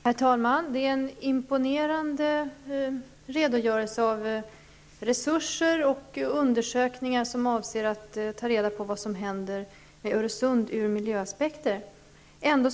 Herr talman! Det är en imponerande redogörelse för resurser som sätts in och undersökningar som avser att ta reda på vad som händer med Öresund sett från miljösynpunkt.